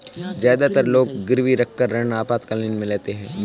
ज्यादातर लोग गिरवी रखकर ऋण आपातकालीन में लेते है